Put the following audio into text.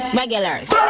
regulars